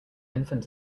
infant